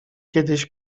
kiedyś